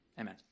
Amen